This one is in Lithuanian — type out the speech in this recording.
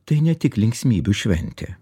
tai ne tik linksmybių šventė